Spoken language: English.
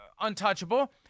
untouchable